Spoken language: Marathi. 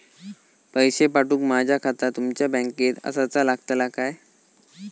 पैसे पाठुक माझा खाता तुमच्या बँकेत आसाचा लागताला काय?